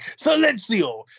Silencio